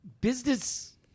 business